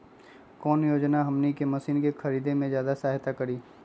कौन योजना हमनी के मशीन के खरीद में ज्यादा सहायता करी?